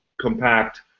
compact